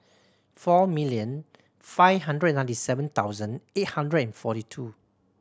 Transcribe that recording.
four million five hundred ninety seven thousand eight hundred and forty two